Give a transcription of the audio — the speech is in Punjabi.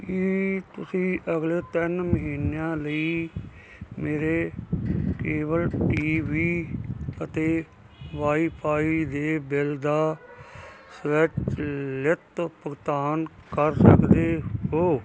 ਕੀ ਤੁਸੀਂਂ ਅਗਲੇ ਤਿੰਨ ਮਹੀਨਿਆਂ ਲਈ ਮੇਰੇ ਕੇਬਲ ਟੀ ਵੀ ਅਤੇ ਵਾਈ ਫ਼ਾਈ ਦੇ ਬਿੱਲ ਦਾ ਸਵੈਚਲਿਤ ਭੁਗਤਾਨ ਕਰ ਸਕਦੇ ਹੋ